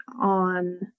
on